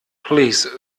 please